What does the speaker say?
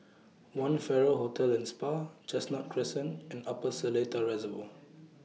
one Farrer Hotel and Spa Chestnut Crescent and Upper Seletar Reservoir